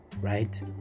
right